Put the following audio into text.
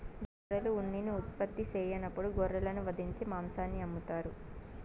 గొర్రెలు ఉన్నిని ఉత్పత్తి సెయ్యనప్పుడు గొర్రెలను వధించి మాంసాన్ని అమ్ముతారు